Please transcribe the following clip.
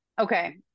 okay